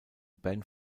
band